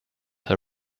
her